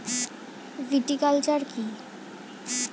Viticulture কী?